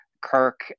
kirk